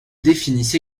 définissent